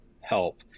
help